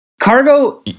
Cargo